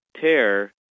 tear